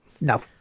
No